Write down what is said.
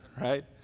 right